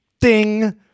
ding